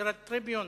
ה"הרלד טריביון",